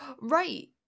Right